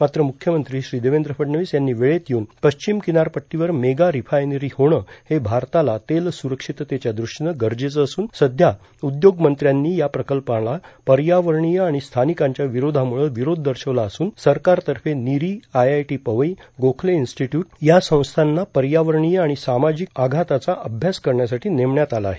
मात्र म्रख्यमंत्री श्री देवेंद्र फडणवीस यांनी वेळेत येऊन पश्चिम किनारपट्टीवर मेगा रिफायनरी होणं हे भारताला तेल सुरक्षिततेच्या दृष्टीनं गरजेचं असून सध्या उद्योगमंत्र्यांनी या प्रकल्पाला पर्यावरणीय आणि स्थानिकांच्या विरोधामुळं विरोध दर्शवला असून सरकारतर्फे NEERI IIT Powai Gokhale institute या संस्थांना पर्यावरणीय आणि सामाजिक आघाताचा अभ्यास करण्यासाठी नेमण्यात आलं आहे